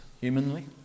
humanly